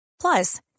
Plus